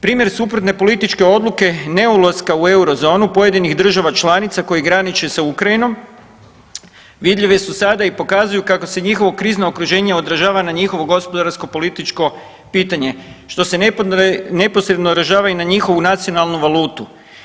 Primjer suprotne političke odluke ne ulaska u euro zonu pojedinih država članica koji graniče sa Ukrajinom vidljive su sada i pokazuju kako se njihovo krizno okruženje odražava na njihovo gospodarsko, političko pitanje što se neposredno odražava i na njihovu nacionalnu valutu.